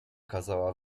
kazała